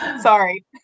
Sorry